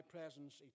presence